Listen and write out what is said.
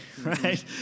right